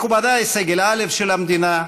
מכובדיי סגל א' של המדינה,